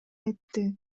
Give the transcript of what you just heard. айтты